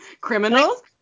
Criminals